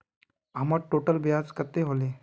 हमर टोटल ब्याज कते होले?